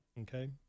Okay